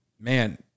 man